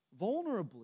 vulnerably